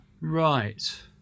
right